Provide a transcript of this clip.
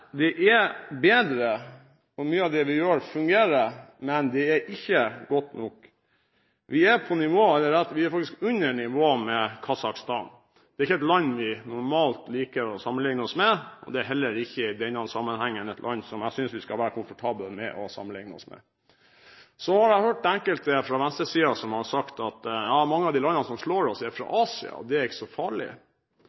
Vi er bedre, og mye av det vi gjør, fungerer, men det er ikke godt nok. Vi er under nivået til Kasakhstan. Det er ikke et land vi normalt liker å sammenlikne oss med, og det er heller ikke i denne sammenhengen et land som jeg synes vi skal være komfortable med å sammenlikne oss med. Så har jeg hørt enkelte fra venstresiden si at mange av de landene som slår oss, er